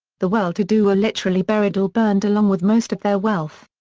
the well-to-do were literally buried or burned along with most of their wealth.